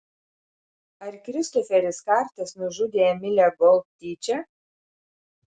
ar kristoferis hartas nužudė emilę gold tyčia